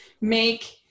make